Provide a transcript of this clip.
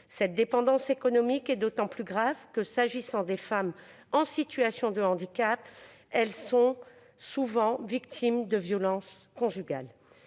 Cette dépendance économique est d'autant plus grave s'agissant des femmes en situation de handicap, qui sont plus souvent victimes de violences conjugales.